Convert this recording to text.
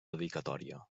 dedicatòria